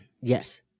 yes